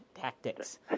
tactics